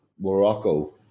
Morocco